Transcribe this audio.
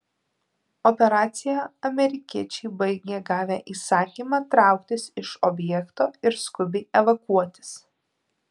operaciją amerikiečiai baigė gavę įsakymą trauktis iš objekto ir skubiai evakuotis